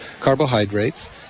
carbohydrates